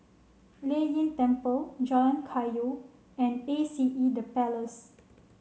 Lei Yin Temple Jalan Kayu and A C E The Place